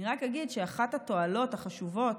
אני רק אגיד שאחת התועלות החשובות,